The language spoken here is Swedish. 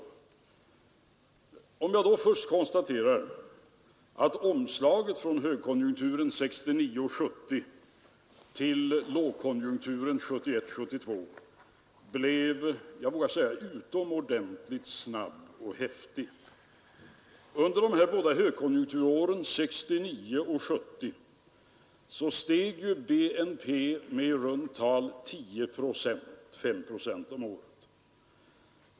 Låt mig då först konstatera, att omslaget från högkonjunkturen 1960-1970 till lågkonjunkturen 1971—1972 blev — vågar jag säga — utomordentligt snabbt och häftigt. Under de båda högkonjunkturåren 1969—1970 steg BNP med i runt tal 10 procent — 5 procent per år.